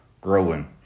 growing